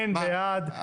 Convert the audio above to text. אין בעד.